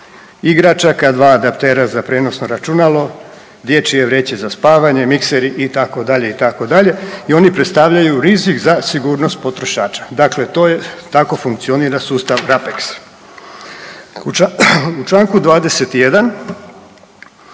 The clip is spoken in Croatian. igračaka, 2 adaptera za prijenosno računalo, dječje vreće za spavanje, mikseri i tako dalje, i tako dalje i oni predstavljaju rizik za sigurnost potrošača. Dakle, to je, tako funkcionira sustav RAPEX. U čl. 21.,